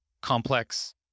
complex